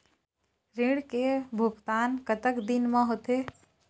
ऋण के भुगतान कतक दिन म होथे?